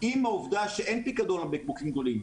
עם העובדה שאין פיקדון על בקבוקים גדולים,